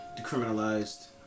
decriminalized